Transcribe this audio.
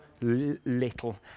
little